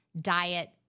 diet